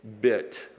bit